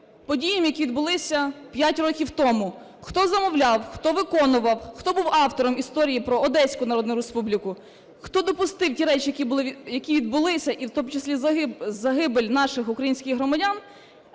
подіям, які відбулися п'ять років тому: хто замовляв, хто виконував, хто був автором історії про Одеську народу республіку, хто допустив ті речі, які відбулися, і в тому числі загибель наших українських громадян.